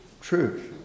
truth